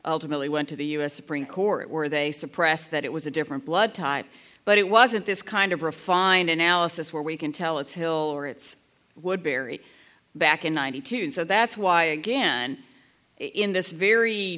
ultimately went to the u s supreme court where they suppressed that it was a different blood type but it wasn't this kind of refined analysis where we can tell it's hill or it's woodbury back in ninety two and so that's why again in this very